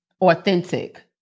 authentic